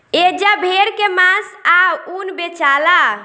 एजा भेड़ के मांस आ ऊन बेचाला